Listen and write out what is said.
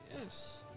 Yes